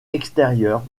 extérieur